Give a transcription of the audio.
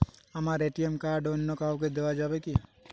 আমার ATM card অন্য কাউকে দেওয়া যাবে কি?